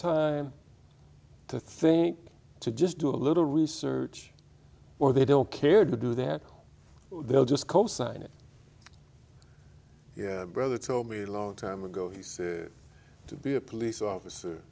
time to think to just do a little research or they don't care to do that they'll just cosign it brother told me a long time ago he said to be a police officer